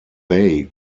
they